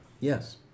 Yes